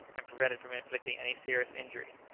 and prevented from inflicting any serious injury.